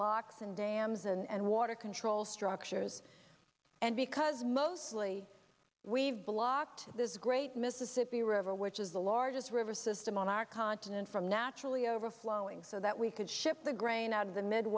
locks and dams and water control structures and because mostly we've blocked this great mississippi river which is the largest river system on our continent from naturally over flowing so that we could ship the grain out of the mid